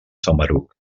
samaruc